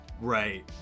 Right